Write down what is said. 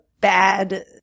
Bad